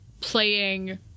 playing